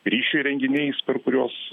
ryšio įrenginiais per kuriuos